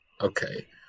Okay